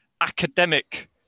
academic